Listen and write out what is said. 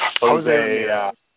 Jose –